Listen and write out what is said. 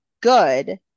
good